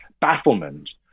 bafflement